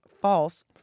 False